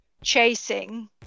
chasing